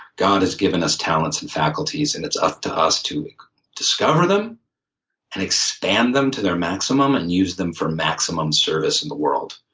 god has given us talents and faculties and it's up to us to discover them and expand them to their maximum, and use them for maximum service in the world.